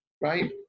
right